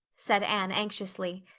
said anne anxiously.